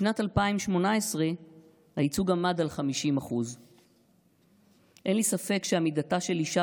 בשנת 2018 הייצוג עמד על 50%. אין לי ספק שעמידתה של אישה